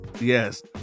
Yes